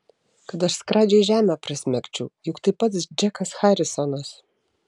kad aš skradžiai žemę prasmegčiau juk tai pats džekas harisonas